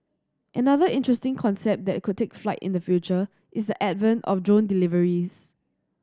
another interesting concept that could take flight in the future is the advent of drone deliveries